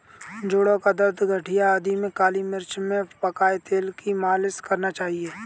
जोड़ों का दर्द, गठिया आदि में काली मिर्च में पकाए तेल की मालिश करना चाहिए